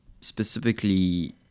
specifically